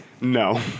No